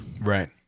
Right